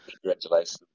congratulations